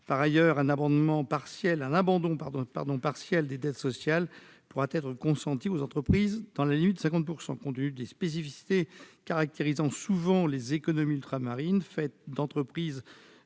Par ailleurs, un abandon partiel des dettes sociales pourrait être consenti aux entreprises, dans la limite de 50 %. Compte tenu des spécificités caractérisant souvent les économies ultramarines, faites d'entreprises